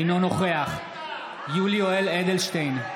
אינו נוכח יולי יואל אדלשטיין,